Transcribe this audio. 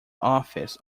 office